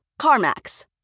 CarMax